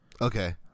okay